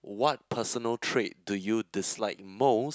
what personal threat to you dislike most